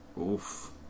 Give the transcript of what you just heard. Oof